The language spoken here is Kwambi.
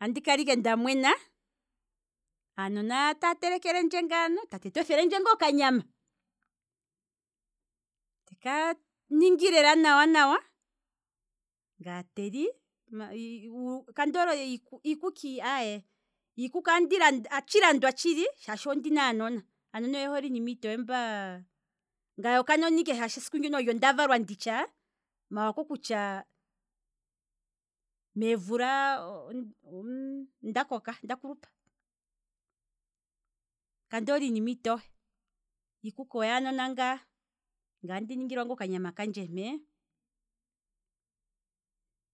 Andi kala ike nda mwena. aanona taya telekelendje ngaano, he tate ta othelendje ngaa okanyama, teka ningi wala nawa nawa, ngaa teli, kandi hole iikuki, iikuki aye, atshi landwa tshili shaashi ondina ngaa anona, aanona oye hole iinima itowe, ngaye okanona ike shaashi esiku ndono olyo nda valwa ndishi, maala oko kutya meemvula dhiya payife onda koka, iikuki oyaanona ngaa, ngaye andi ningilwa ngaa okanyama kandje mpee,